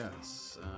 Yes